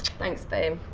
thanks, dave.